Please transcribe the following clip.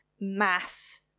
mass